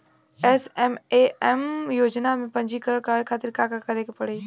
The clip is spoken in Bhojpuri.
एस.एम.ए.एम योजना में पंजीकरण करावे खातिर का का करे के पड़ी?